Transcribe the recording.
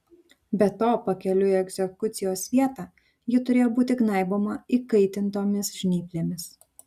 be to pakeliui į egzekucijos vietą ji turėjo būti gnaiboma įkaitintomis žnyplėmis